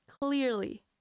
clearly